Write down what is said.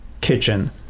kitchen